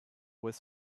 with